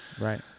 right